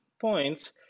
points